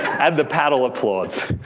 and the panel applauds.